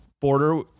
border